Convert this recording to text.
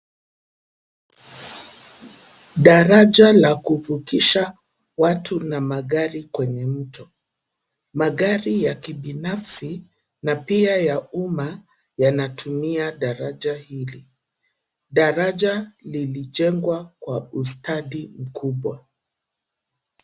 Daraja la kuvukisha watu na magari kwenye mto. Magari ya kibinafsi na pia ya umma yanatumia daraja hili. Daraja lilijengwa kwa ustadi mkubwa.